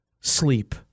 Sleep